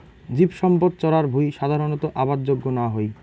জীবসম্পদ চরার ভুঁই সাধারণত আবাদ যোগ্য না হই